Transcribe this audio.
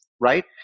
right